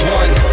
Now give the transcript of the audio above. one